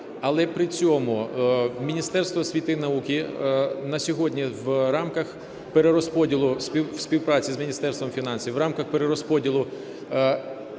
Але при цьому Міністерство освіти й науки на сьогодні в рамках перерозподілу в співпраці з Міністерством фінансів, в рамках перерозподілу